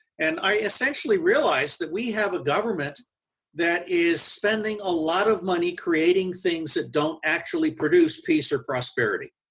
and i essentially realized that we have a government that is spending a lot of money creating things that don't actually produce peace or prosperity.